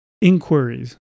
inquiries